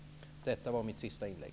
Detta var mitt sista inlägg.